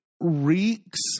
reeks